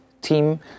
team